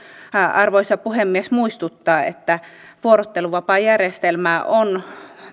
arvoisa puhemies muistuttaa että vuorotteluvapaajärjestelmää on